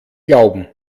glauben